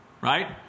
right